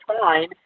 fine